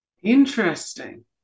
Interesting